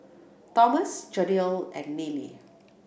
Tomas Jadiel and Nealy